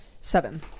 Seven